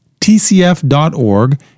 tcf.org